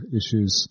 issues